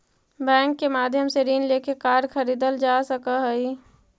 bank के माध्यम से ऋण लेके कार खरीदल जा सकऽ हइ